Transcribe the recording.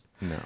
no